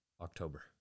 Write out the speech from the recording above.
October